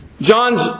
John's